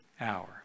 hour